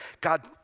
God